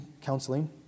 counseling